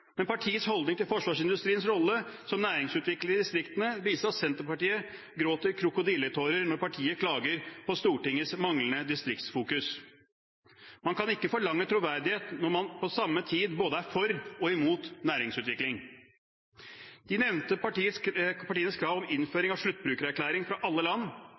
men partiets holdning til forsvarsindustriens rolle som næringsutvikler i distriktene viser at Senterpartiet gråter krokodilletårer når partiet klager på Stortingets manglende distriktsfokus. Man kan ikke forlange troverdighet når man på samme tid er både for og imot næringsutvikling. De nevnte partienes krav om innføring av sluttbrukererklæring fra alle land,